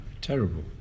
Terrible